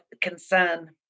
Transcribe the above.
concern